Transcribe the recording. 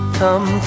come